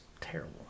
terrible